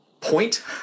point